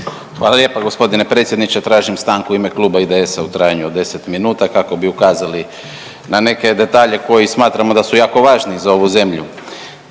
Hvala lijepa gospodine predsjedniče. Tražim stanku u ime Kluba IDS-a u trajanju od 10 minuta kako bi ukazali na neke detalje koji smatramo da su jako važni za ovu zemlju.